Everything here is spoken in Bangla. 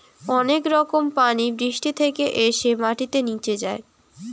অনেক রকম পানি বৃষ্টি থেকে এসে মাটিতে নিচে যায়